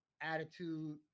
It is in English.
attitude